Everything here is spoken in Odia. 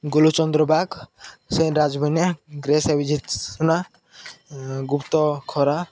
ଗୋଲଚନ୍ଦ୍ର ବାଗ୍ ସେନ୍ ରାଜବନ୍ୟା ଗ୍ରେସ ଅଭିଜିତ୍ ସୁନା ଗୁପ୍ତ ଖରା